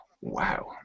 Wow